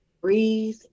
breathe